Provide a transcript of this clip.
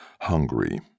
hungry